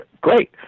great